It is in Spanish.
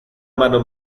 mano